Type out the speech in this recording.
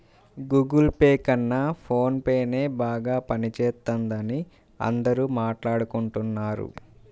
Google pay కన్నా phone పేనే బాగా పనిజేత్తందని అందరూ మాట్టాడుకుంటన్నారు